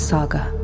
Saga